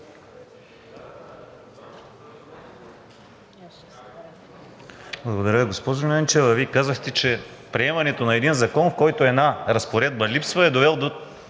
Благодаря. Госпожо Ненчева, Вие казахте, че приемането на един закон, в който една разпоредба липсва, е довел до